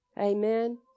Amen